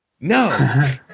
No